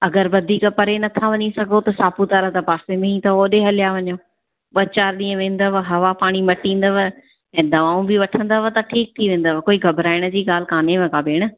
अगरि वधीक परे नथा वञी सघो त सापुतारा त पासे में ई अथव ओडे हलिया वञो ॿ चारि डींहं वेंदव हवा पाणी मटींदव ऐं दवाऊं बि वठंदव त ठीकु थी वेंदव कोई घबराइण जी ॻाल्हि कोन्हे का भेण